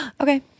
Okay